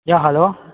yeah hello